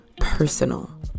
personal